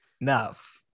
enough